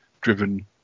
driven